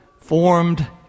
formed